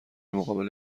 مقابل